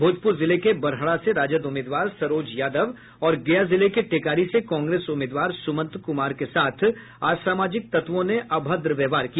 भोजपुर जिले के बड़हरा से राजद उम्मीदवार सरोज यादव और गया जिले के टेकारी से कांग्रेस उम्मीदवार सुमंत कुमार के साथ असामाजिक तत्वों ने अभद्र व्यवहार किया